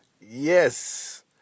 Yes